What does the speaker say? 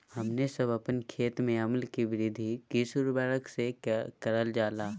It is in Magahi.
हमने सब अपन खेत में अम्ल कि वृद्धि किस उर्वरक से करलजाला?